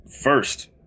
first